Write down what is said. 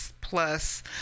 plus